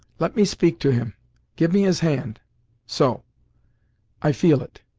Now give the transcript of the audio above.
let me speak to him give me his hand so i feel it.